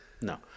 No